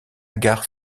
gare